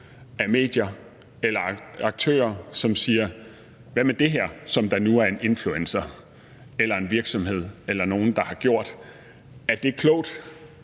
af medier eller aktører, som spørger: Hvad med det her, som der nu er en influencer eller en virksomhed eller nogle andre, der har gjort? Er det klogt?